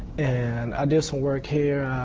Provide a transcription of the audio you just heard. and i did some work here.